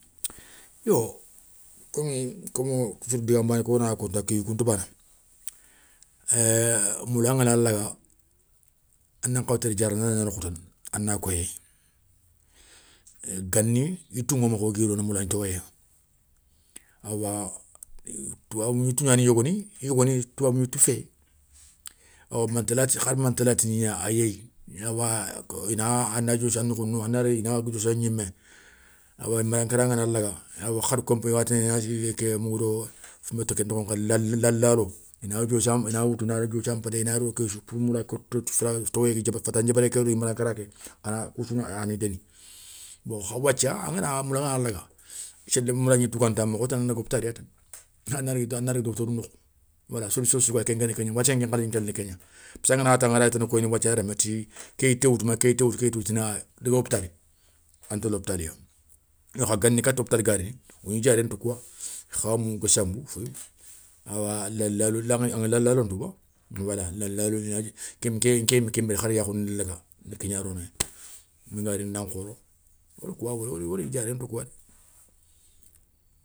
komi komo digan bané ké wona kone ta kiyou kounta bana, moula ngana laga a nan khawa télé diaré a na koyé, gani yitou ŋo makha wogui rono moula ntowoyé, awa toubabou gnitou gnana yogoni, yogoni toubabi gnitou fé bawoni mantolati hari mantolati gna a éyéyi, awa ina ana diossa noukhounou ina ana réyi ina diossa gnimé, awa yiman kara ngana laga har konpé wakhatini moungoudo founbétéké ntokho nkhadi lalou laalo i na woutou ina diossa npété kou ina ro késsou pour moula ké towoyé ké fatan diébéré ké do yiman kara ké ani déni bon kha wathia, angana moula ngana laga, séli moula gnitou ganta makha wotinandaga hopital ya ta a na daga docteur, nokhou wala solution sou gayi ken nkeni kégna, wathia nkendé arayé na kéna. Wathia ngana taŋa arayé tana koyini wathia remme nanti ké woutou ma ké yité woutou ina daga hopital. An télé hopitalya yo kha katta hopital ga rini wo gni diaréné kouya, khamou, gassamou, féyou, awa lalalo. aŋa lalalo ntou ba, wala lalalo niya nké yimé nké yimé har yakho ni ndi laga ndi ké gna rodouya. Minga rini nan khoro woda kouwa wori wogni diaréne ti kouwa dé.